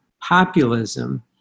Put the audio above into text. populism